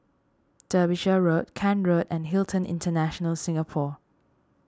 Derbyshire Road Kent Road and Hilton International Singapore